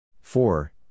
four